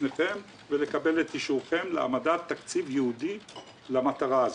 משרד האוצר להעמדת תקציב ייעודי למטרה הזאת.